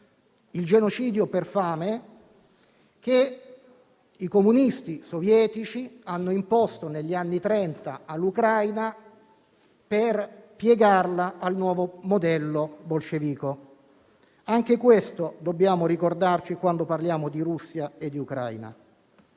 il genocidio per fame che i comunisti sovietici hanno imposto negli anni Trenta all'Ucraina per piegarla al nuovo modello bolscevico. Anche questo dobbiamo ricordare quando parliamo di Russia e Ucraina.